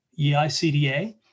EICDA